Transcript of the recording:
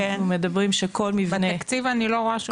אנחנו מדברים על כך שכל מבנה --- בתקציב אני לא רואה שום דבר.